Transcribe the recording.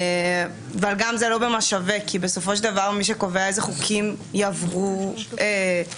זה לא ממש שווה כי בסופו של דבר מי שקובע איזה חוקים יעברו בכנסת,